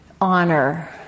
honor